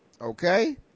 Okay